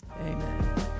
Amen